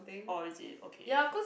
oh is it okay